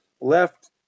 left